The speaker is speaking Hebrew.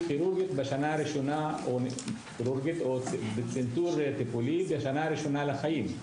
כירורגית או לצנתור טיפולי בשנה הראשונה לחיים.